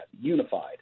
unified